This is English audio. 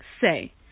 say